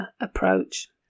approach